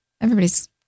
everybody's